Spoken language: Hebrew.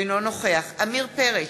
אינו נוכח עמיר פרץ,